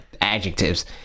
adjectives